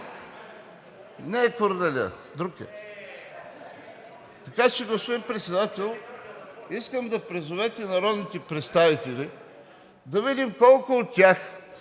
Не е Корнелия, друг е. Така че, господин Председател, искам да призовете народните представители да видим колко от тях